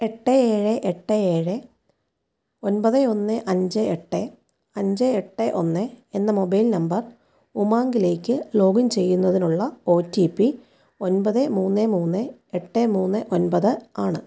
എട്ട് ഏഴ് എട്ട് ഏഴ് ഒൻപത് ഒന്ന് എട്ടേ അഞ്ച എട്ട് ഒന്ന് എന്ന മൊബൈൽ നമ്പർ ഉമംഗിലേക്ക് ലോഗിൻ ചെയ്യുന്നതിനുള്ള ഒ ടി പി ഒൻപത് മൂന്ന് മൂന്ന് എട്ട് മൂന്ന് ഒൻപത് ആണ്